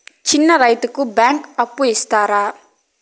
చిన్న రైతుకు బ్యాంకు అప్పు ఇస్తారా?